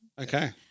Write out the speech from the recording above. Okay